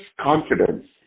confidence